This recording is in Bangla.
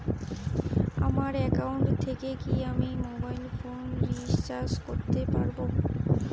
আমার একাউন্ট থেকে কি আমি মোবাইল ফোন রিসার্চ করতে পারবো?